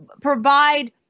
provide